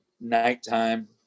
nighttime